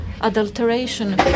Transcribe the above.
adulteration